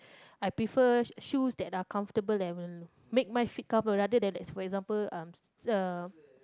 I prefer sh~ shoes that are comfortable and will make my feet cover rather than for example uh